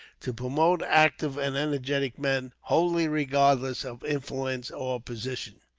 to promote active and energetic men, wholly regardless of influence or position.